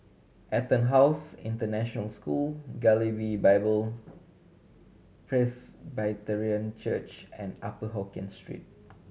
EtonHouse International School Galilee Bible Presbyterian Church and Upper Hokkien Street